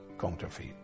counterfeit